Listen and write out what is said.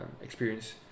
experience